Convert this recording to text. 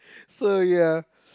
so ya